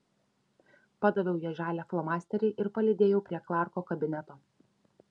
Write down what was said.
padaviau jai žalią flomasterį ir palydėjau prie klarko kabineto